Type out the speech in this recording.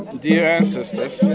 dear ancestors,